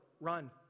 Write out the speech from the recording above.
run